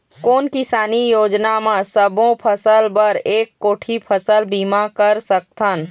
कोन किसानी योजना म सबों फ़सल बर एक कोठी फ़सल बीमा कर सकथन?